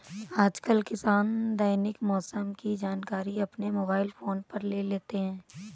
आजकल किसान दैनिक मौसम की जानकारी अपने मोबाइल फोन पर ले लेते हैं